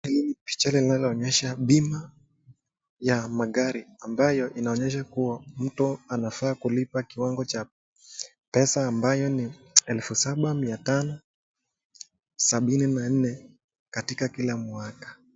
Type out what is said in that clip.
Hii ni picha linalo onyesha bima ya magari, inaonyesha kuwa mtu anaweza kulipa kiwango cha pesa ambayo ni, elfu saba mia tano sabini na nne katika kila mwaka.